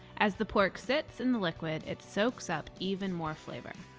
as the pork sits in the liquid, it soaks up even more flavor.